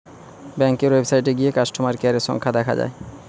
ব্যাংকের ওয়েবসাইটে গিয়ে কাস্টমার কেয়ারের সংখ্যা দেখা যায়